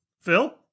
Phil